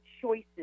choices